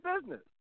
business